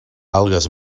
algues